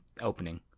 opening